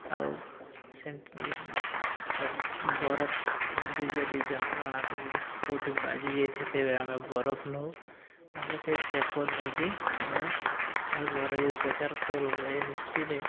ଆଉ ସେମିତି ବରଫ ସେମିତି ଯଦି ଯନ୍ତ୍ରଣା କେଉଁଠି ବାଜି ଯାଇ ଥାଏ ତେବେ ଆମେ ବରଫ ନଉ ନହେଲେ ସେଇ ସେକ ନେଇକି ଆମେ ଘରୋଇ ଉପଚାର କରୁ ଏମିତିରେ